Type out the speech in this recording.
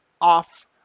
off